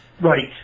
right